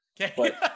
Okay